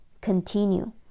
continue